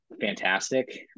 fantastic